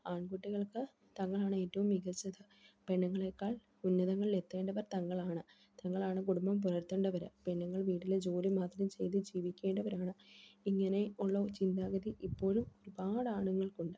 ആൺകുട്ടികൾക്ക് തങ്ങളാണ് ഏറ്റവും മികച്ചത് പെണ്ണുങ്ങളേക്കാൾ ഉന്നതങ്ങളിൽ എത്തേണ്ടവർ തങ്ങളാണ് തങ്ങളാണ് കുടുംബം പുലർത്തേണ്ടവർ പെണ്ണുങ്ങൾ വീട്ടിലെ ജോലി മാത്രം ചെയ്ത് ജീവിക്കേണ്ടവരാണ് ഇങ്ങനെ ഉള്ള ചിന്താഗതി ഇപ്പോഴും ഒരുപാട് ആണുങ്ങൾക്കുണ്ട്